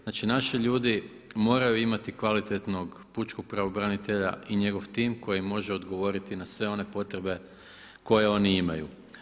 Znači naši ljudi moraju imati kvalitetnog pučkog pravobranitelja i njegov tim koji može odgovoriti na sve one potrebe koje oni imaju.